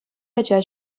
ача